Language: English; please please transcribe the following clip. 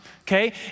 okay